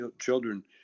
children